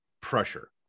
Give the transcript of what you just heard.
pressure